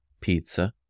pizza